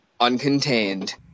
uncontained